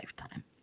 lifetime